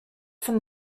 from